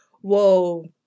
Whoa